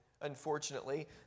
unfortunately